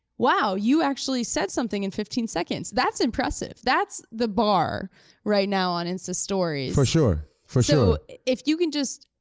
wow, you actually said something in fifteen seconds, that's impressive. that's the bar right now on insta stories. for sure, for sure. so if you can just